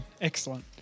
Excellent